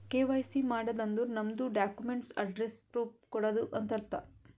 KYC ಮಾಡದ್ ಅಂದುರ್ ನಮ್ದು ಡಾಕ್ಯುಮೆಂಟ್ಸ್ ಅಡ್ರೆಸ್ಸ್ ಪ್ರೂಫ್ ಕೊಡದು ಅಂತ್ ಅರ್ಥ